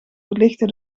verlichtte